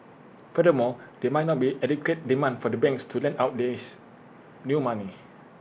furthermore there might not be adequate demand for the banks to lend out this new money